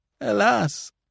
Alas